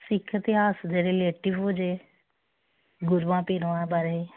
ਸਿੱਖ ਇਤਿਹਾਸ ਦੇ ਰਿਲੇਟਿਵ ਹੋ ਜਾਵੇ ਗੁਰੂਆਂ ਪੀਰਾਂ ਬਾਰੇ